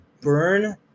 burn